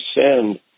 send